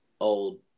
old